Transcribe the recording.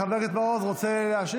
חבר הכנסת מעוז, רוצה להשיב?